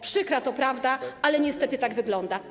Przykra to prawda, ale niestety tak to wygląda.